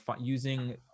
using